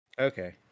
okay